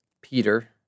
Peter